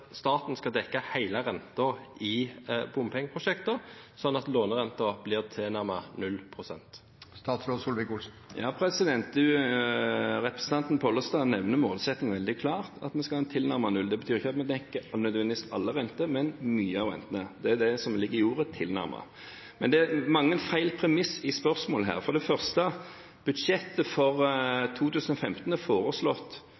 staten skal dekke hele renten i bompengeprosjekter, sånn at lånerenten blir tilnærmet 0 pst. Representanten Pollestad nevner målsettingen veldig klart: at renten skal være tilnærmet 0 pst. Det betyr ikke nødvendigvis alle renter, men mye av rentene. Det er det som ligger i ordet «tilnærmet». Men det er mange feil premisser i spørsmålet her. For det første: I budsjettet for